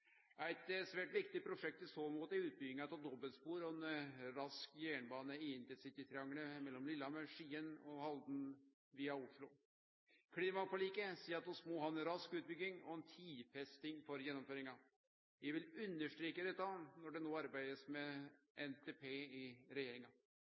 Eit svært viktig prosjekt i så måte er utbygginga av dobbeltspor og ein rask jernbane i intercitytriangelet mellom Lillehammer, Skien og Halden via Oslo. Klimaforliket seier at vi må ha ei rask utbygging og ei tidfesting for gjennomføringa. Eg vil understreke dette når det no